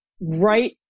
right